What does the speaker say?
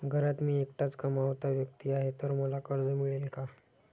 घरात मी एकटाच कमावता व्यक्ती आहे तर मला कर्ज मिळेल का?